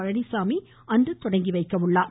பழனிச்சாமி அன்று தொடங்கி வைக்கிறார்